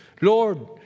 Lord